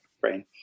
brain